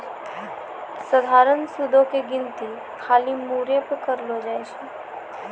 सधारण सूदो के गिनती खाली मूरे पे करलो जाय छै